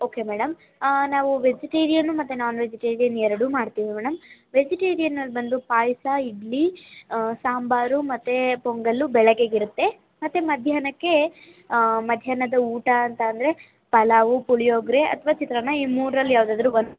okay madam ನಾವು vegetarian ಮತ್ತು non vegetarian ಎರಡೂ ಮಾಡ್ತೀವಿ ಮೇಡಮ್ ವೆಜಿಟೇರಿಯನ್ನಲ್ಲಿ ಬಂದು ಪಾಯಸ ಇಡ್ಲಿ ಸಾಂಬಾರು ಮತ್ತು ಪೊಂಗಲ್ಲು ಬೆಳಗೆಗೆ ಇರುತ್ತೆ ಮತ್ತು ಮಧ್ಯಾಹ್ನಕ್ಕೆ ಮಧ್ಯಾಹ್ನದ ಊಟ ಅಂತ ಅಂದರೆ ಪಲಾವು ಪುಳಿಯೋಗರೆ ಅಥವಾ ಚಿತ್ರಾನ್ನ ಇವು ಮೂರ್ರಲ್ಲಿ ಯಾವುದಾದ್ರು ಒಂದು